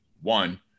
One